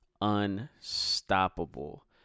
unstoppable